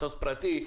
פרטי,